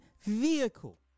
vehicle